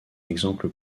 exemple